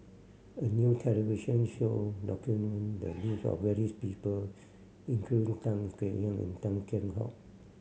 a new television show documented the live of various people including Tan Kek Hiang Tan Kheam Hock